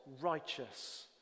righteous